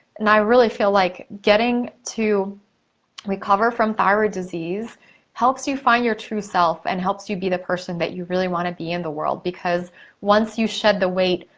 and i really feel like getting to recover from thyroid disease helps you find your true self and helps you be the person that you really wanna be in the world because once you shed the weight,